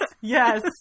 Yes